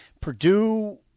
Purdue